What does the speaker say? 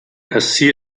ací